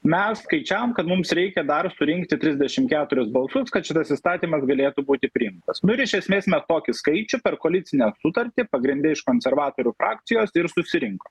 mes skaičiavom kad mums reikia dar surinkti trisdešim keturis balsus kad šitas įstatymas galėtų būti priimtas nu ir iš esmės mes tokių skaičių per koalicinę sutartį pagrinde iš konservatorių frakcijos ir susirinkom